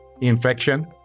Infection